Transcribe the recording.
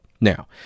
now